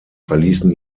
verließen